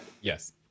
Yes